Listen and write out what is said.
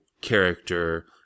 character